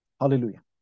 Hallelujah